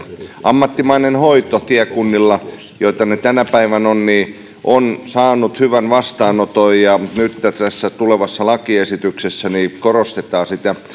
ammattimainen hoito tiekunnilla joita ne tänä päivänä ovat on saanut hyvän vastaanoton ja nyt tässä tulevassa lakiesityksessä korostetaan sitä